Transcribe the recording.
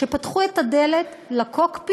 הם פתחו את הדלת לקוקפיט,